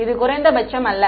இது குறைந்தபட்சம் அல்ல